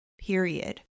period